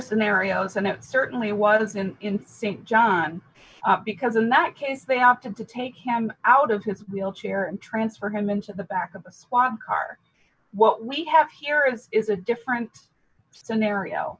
scenarios and it certainly wasn't in st john because in that case they opted to take him out of his wheelchair and transfer him into the back of a swamp car what we have here is is a different scenario